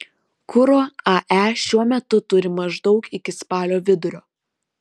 kuro ae šiuo metu turi maždaug iki spalio vidurio